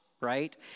right